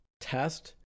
test